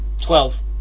Twelve